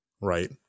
right